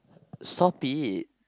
stop it